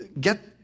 Get